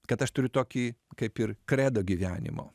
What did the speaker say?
kad aš turiu tokį kaip ir kredo gyvenimo